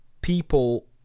people